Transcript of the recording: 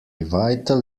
vital